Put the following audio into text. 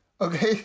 Okay